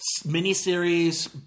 miniseries